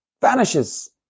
vanishes